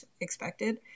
expected